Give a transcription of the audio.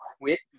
quit